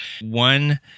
One